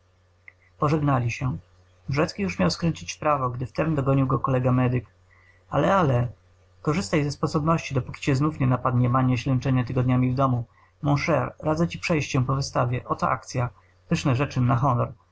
pożegnali się wrecki już miał skręcić w prawo gdy w tem dogonił go kolega medyk ale ale korzystaj ze sposobności dopóki cię znów nie napadnie mania ślęczenia tygodniami w domu mon cher radzę ci przejść się po wystawie oto akcya pyszne rzeczy na